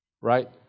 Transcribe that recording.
right